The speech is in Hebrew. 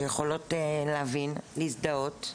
שיכולות להבין, להזדהות.